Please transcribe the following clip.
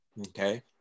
okay